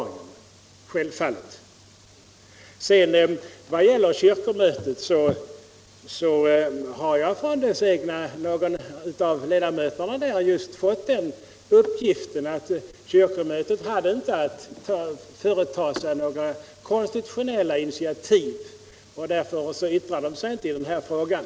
Onsdagen den Vad beträffar kyrkomötet har jag från en av dess ledamöter fått upp 19 november 1975 giften att kyrkomötet inte hade att ta några konstitutionella initiativ och därför engagerade man sig heller inte i den här frågan.